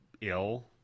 ill